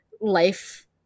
life